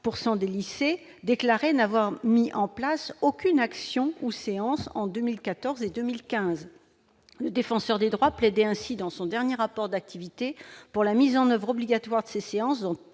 des lycées, déclaraient n'avoir mis en place aucune action ou séance en 2014 et 2015. Le Défenseur des droits plaidait dans son dernier rapport d'activité pour la mise en oeuvre obligatoire de ces séances